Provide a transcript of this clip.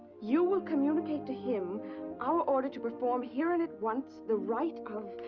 you will communicate to him our order to perform here, and at once, the rite of.